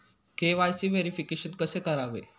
KYC verification कसे करावे?